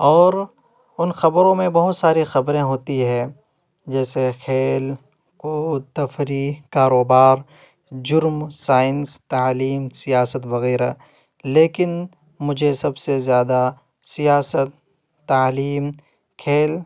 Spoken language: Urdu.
اور ان خبروں میں بہت ساری خبریں ہوتی ہے جیسے کھیل کود تفریح کاروبار جرم سائنس تعلیم سیاست وغیرہ لیکن مجھے سب سے زیادہ سیاست تعلیم کھیل